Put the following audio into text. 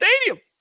Stadium